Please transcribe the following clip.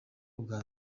ubwa